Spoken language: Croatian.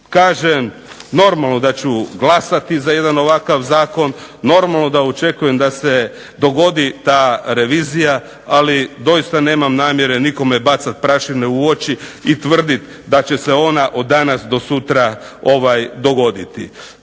kažem normalno da ću glasati za jedan ovakav zakon, normalno da očekujem da se dogodi ta revizija, ali doista nemam namjere nikome bacati prašine u oči i tvrditi da će se ona od danas do sutra dogoditi.